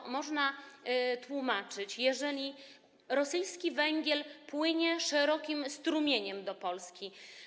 Jak można to tłumaczyć, jeżeli rosyjski węgiel płynie szerokim strumieniem do Polski?